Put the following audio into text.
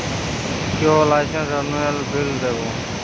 কিভাবে লাইসেন্স রেনুয়ালের বিল দেবো?